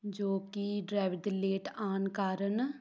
ਜੋ ਕਿ ਡਰਾਈਵਰ ਦੇ ਲੇਟ ਆਉਣ ਕਾਰਣ